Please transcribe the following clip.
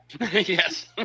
yes